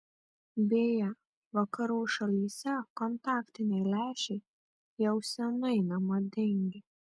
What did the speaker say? beje vakarų šalyse kontaktiniai lęšiai jau seniai nemadingi